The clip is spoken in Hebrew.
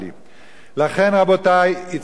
לכן, רבותי, הצעתי הצעת חוק.